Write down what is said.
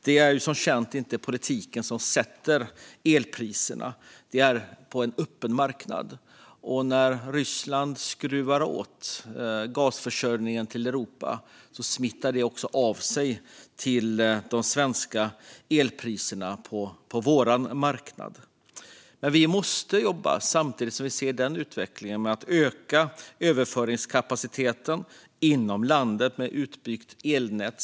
Det är som bekant inte politiken som sätter elpriserna, utan det görs på en öppen marknad, och när Ryssland skruvar åt gasförsörjningen till Europa smittar det av sig till vår marknad och till de svenska elpriserna. Samtidigt som vi ser en sådan utveckling måste vi jobba för att öka överföringskapaciteten inom landet genom ett utbyggt elnät.